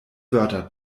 wörter